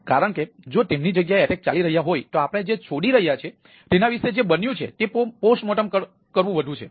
કારણ કે જો તેમની જગ્યાએ હુમલા ચાલી રહ્યા હોય તો આપણે જે છોડી રહ્યા છીએ તેના વિશે જે બન્યું છે તે પોસ્ટ મોર્ટમ કરતાં વધુ છે